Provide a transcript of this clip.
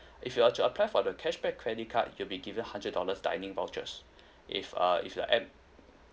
if you are to apply for the cashback credit card you'll be given hundred dollars dining vouchers if err if you're air~